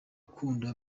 ugukunda